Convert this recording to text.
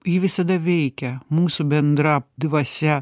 ji visada veikia mūsų bendra dvasia